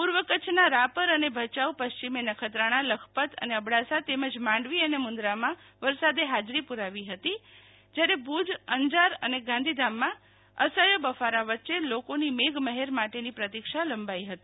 પૂર્વ કચ્છના રાપર અને ભચાઉ પશ્ચિમે નખત્રાણા લખપત અને અબડાસા તેમજ માંડવી અને મુન્દ્રામાં વરસાદે હાજરી પુરાવી હતી જ્યારે ભુજ અંજાર અને ગાંધીધામમાં અસહ્ય બફારા વચ્ચે લોકોની મેઘમહેર માટેની પ્રતિક્ષા લંબાઈ હતી